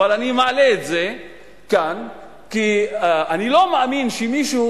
אבל אני מעלה את זה כאן כי אני לא מאמין שמישהו,